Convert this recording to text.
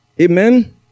Amen